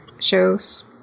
shows